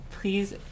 please